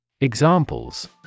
Examples